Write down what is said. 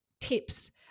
tips